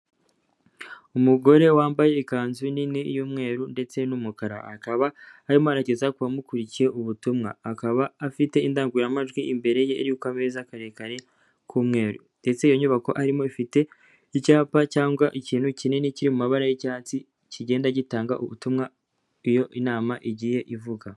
Umugore wambaye ikanzu nini y'umweru ndetse n'umukara, akaba arimo arageza ku bamukurikiye ubutumwa, akaba afite indangururamajwi imbere ye iri ku kameza karekare k'umweru ndetse iyo nyubako arimo ifite icyapa cyangwa ikintu kinini kiri mu mabara y'icyatsi kigenda gitanga ubutumwa iyo inama igiye ivuga.